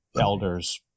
elders